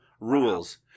rules